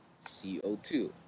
CO2